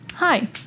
Hi